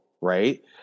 right